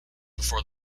before